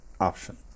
option